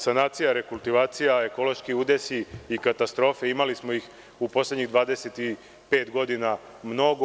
Sanacija, rekutivacija, ekološki udesi i katastrofe, imali smo ih u poslednjih 25 godina mnogo.